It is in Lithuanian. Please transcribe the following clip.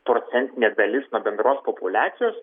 procentinė dalis nuo bendros populiacijos